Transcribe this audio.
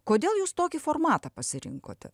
kodėl jūs tokį formatą pasirinkote